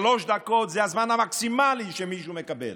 שלוש דקות זה הזמן המקסימלי שמישהו מקבל.